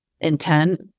intent